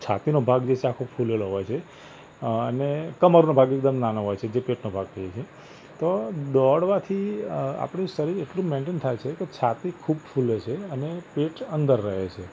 છાતીનો ભાગ જે છે આખો ફૂલેલો હોય છે ને કમરનો ભાગ એકદમ નાનો હોય છે જે પેટનો ભાગ કહીએ છીએ તો દોડવાથી આપણું શરીર એટલું મેઇન્ટેન થાય છે કે છાતી ખૂબ ફૂલે છે અને પેટ અંદર રહે છે